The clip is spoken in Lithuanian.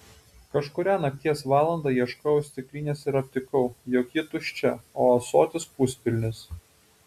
kažkurią nakties valandą ieškojau stiklinės ir aptikau jog ji tuščia o ąsotis puspilnis